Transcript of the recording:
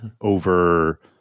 over